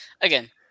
Again